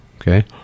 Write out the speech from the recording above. okay